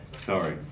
sorry